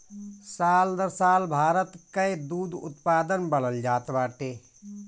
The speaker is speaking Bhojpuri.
साल दर साल भारत कअ दूध उत्पादन बढ़ल जात बाटे